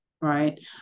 right